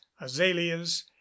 azaleas